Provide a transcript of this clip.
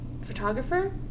photographer